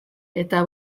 eta